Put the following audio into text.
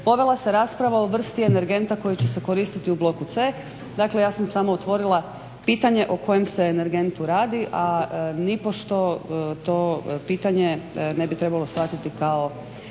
Povela se rasprava o vrsti energenta koji će se koristiti u bloku c. Dakle, ja sam samo otvorila pitanje o kojem se energentu radi a nipošto to pitanje ne bi trebalo shvatiti kao